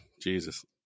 Jesus